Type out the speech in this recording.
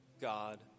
God